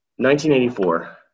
1984